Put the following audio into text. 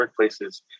workplaces